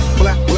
black